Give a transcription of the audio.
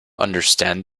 understand